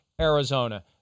Arizona